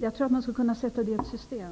Jag tror att man skulle kunna sätta utnyttjandet av sådana frivilliga insatser i system.